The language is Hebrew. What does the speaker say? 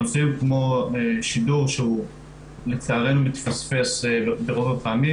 נושאים כמו שידור שהוא לצערנו מתפספס ברוב הפעמים,